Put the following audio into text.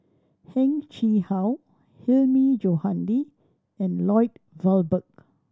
Heng Chee How Hilmi Johandi and Lloyd Valberg